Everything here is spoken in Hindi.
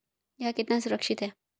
यह कितना सुरक्षित है?